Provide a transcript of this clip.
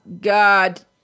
God